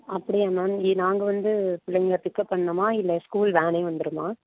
அப்படியா மேம் நாங்கள் வந்து பிள்ளைங்கள பிக்கப் பண்ணணுமா இல்லை ஸ்கூல் வேனே வந்துடுமா